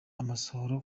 amasohoro